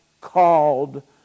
called